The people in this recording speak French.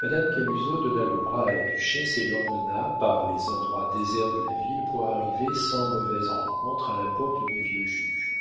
madame camusot donna le bras à la duchesse et l'emmena par les endroits déserts de la ville pour arriver sans mauvaise rencontre à la porte du vieux juge